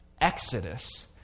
Exodus